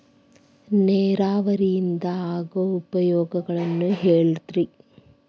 ನೇರಾವರಿಯಿಂದ ಆಗೋ ಉಪಯೋಗಗಳನ್ನು ಹೇಳ್ರಿ